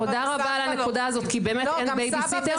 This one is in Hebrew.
תודה רבה על הנקודה הזאת, כי באמת אין בייביסיטר.